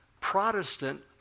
Protestant